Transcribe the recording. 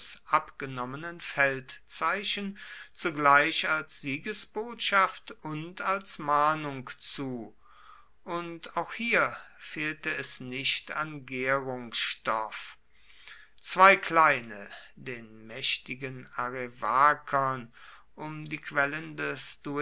abgenommenen feldzeichen zugleich als siegesbotschaft und als mahnung zu und auch hier fehlte es nicht an gärungsstoff zwei kleine den mächtigen arevakern um die